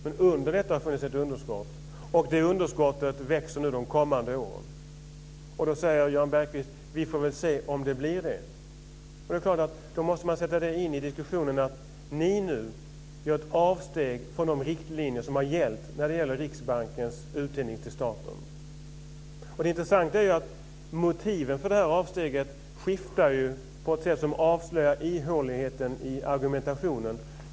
Men under detta finns ett underskott, och detta underskott växer nu de kommande åren. Då säger Jan Bergqvist: Vi får väl se om det blir ett underskott. Då måste man ta med i diskussionen att ni nu gör ett avsteg från de riktlinjer som har gällt när det gäller Riksbankens utdelning till staten. Det intressanta är att motiven för det här avsteget skiftar på ett sätt som avslöjar ihåligheten i argumentationen.